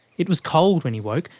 it was cold when he awoke,